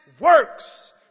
works